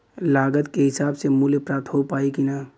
लागत के हिसाब से मूल्य प्राप्त हो पायी की ना?